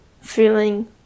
feeling